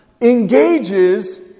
engages